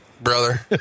brother